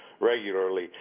regularly